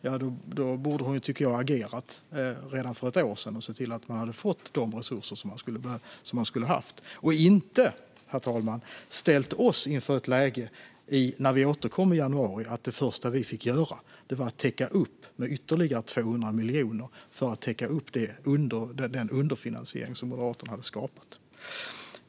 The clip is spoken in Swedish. Jag tycker att hon borde ha agerat redan för ett år sedan och sett till att de hade fått de resurser som de skulle ha haft - och inte, herr talman, ställt oss inför ett läge där det första vi fick göra när vi återkom i januari var att skjuta till ytterligare 200 miljoner för att täcka upp för den underfinansiering som Moderaterna hade skapat.